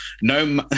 no